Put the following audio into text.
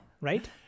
right